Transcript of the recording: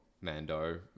Mando